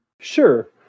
Sure